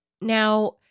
Now